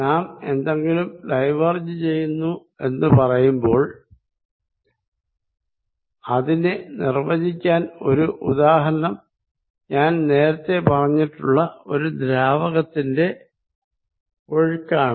നാം എന്തെങ്കിലും ഡൈവേർജ് ചെയ്യുന്നു എന്ന് പറയുമ്പോൾ അതിനെ നിർവചിക്കാൻ ഒരു ഉദാഹരണം ഞാൻ നേരത്തെ പറഞ്ഞിട്ടുള്ള ഒരു ദ്രാവകത്തിന്റെ ഒഴുക്കാണ്